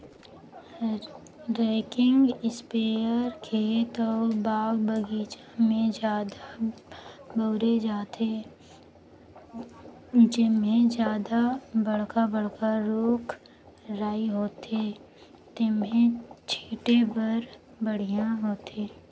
rocking इस्पेयर खेत अउ बाग बगीचा में जादा बउरे जाथे, जेम्हे जादा बड़खा बड़खा रूख राई होथे तेम्हे छीटे बर बड़िहा होथे